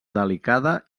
delicada